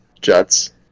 Jets